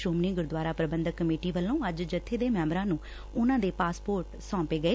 Shiromani Gurdwara Prabandhak Committee ਵੱਲੋਂ ਅੱਜ ਜੱਥੇ ਦੇ ਮੈਂਬਰਾਂ ਨੂੰ ਉਨਾਂ ਦੇ ਪਾਸਪੋਰਟ ਸੌਂਪੇ ਗਏ